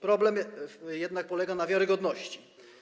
Problem jednak polega na wiarygodności.